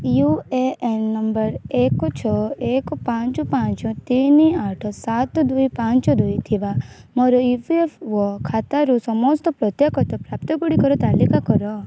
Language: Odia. ୟୁ ଏ ଏନ୍ ନମ୍ବର ଏକ ଛଅ ଏକ ପାଞ୍ଚ ପାଞ୍ଚ ତିନି ଆଠ ସାତ ଦୁଇ ପାଞ୍ଚ ଦୁଇ ଥିବା ମୋର ଇ ପି ଏଫ୍ ଓ ଖାତାରୁ ସମସ୍ତ ପ୍ରତ୍ୟାଖ୍ୟାତ ପ୍ରାପ୍ତ୍ୟ ଗୁଡ଼ିକର ତାଲିକା କର